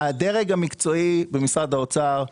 הדרג המקצועי במשרד האוצר,